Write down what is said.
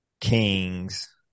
Kings